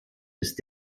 ist